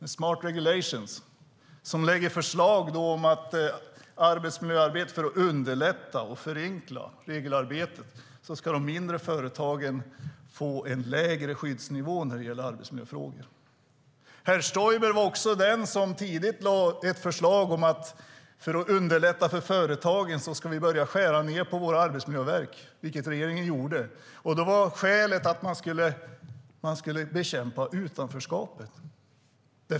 Det handlar om smart regulation . För att underlätta och förenkla regelarbetet har gruppen föreslagit att mindre företag ska få en lägre skyddsnivå på arbetsmiljöreglerna. Herr Stoiber föreslog också tidigt att man skulle börja skära ned på arbetsmiljöverken för att underlätta för företagen, vilket regeringen gjorde. Skälet var att man skulle bekämpa utanförskapet.